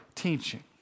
teaching